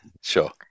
Sure